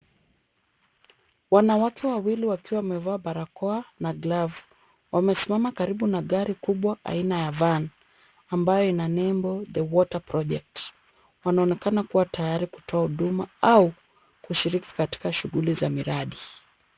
Wanawake wawili wakiwa wamevaa barakoa na glavu. Wamesimama karibu na gari kubwa aina ya Van, ambayo ina nembo The Water Project . Wanaonekana kuwa tayari kutoa huduma au kushiriki katika shughuli za miradi.